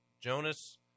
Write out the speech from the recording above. Jonas